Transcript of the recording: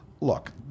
look